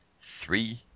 three